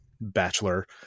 bachelor